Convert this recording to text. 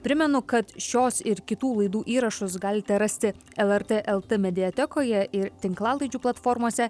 primenu kad šios ir kitų laidų įrašus galite rasti lrt lt mediatekoje ir tinklalaidžių platformose